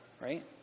right